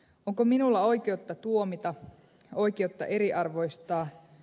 onko minulla oikeutta tuomita oikeutta eriarvoistaa